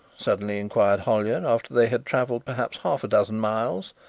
suddenly inquired hollyer, after they had travelled perhaps half-a-dozen miles.